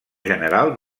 general